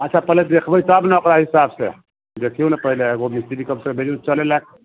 अच्छा पहिने देखबै तब ने ओकरा हिसाबसँ देखियौ ने पहिने एगो मिस्त्रीके भेजू चलै लायक